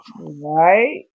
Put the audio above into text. right